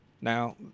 now